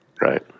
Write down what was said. Right